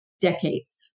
decades